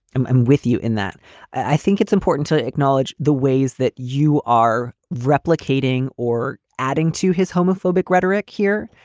and um with you in that i think it's important to acknowledge the ways that you are replicating or adding to his homophobic rhetoric here.